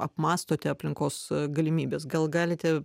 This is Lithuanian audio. apmąstote aplinkos galimybes gal galite